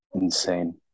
insane